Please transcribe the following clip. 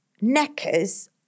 necker's